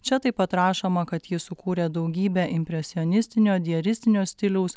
čia taip pat rašoma kad jis sukūrė daugybę impresionistinio diaristinio stiliaus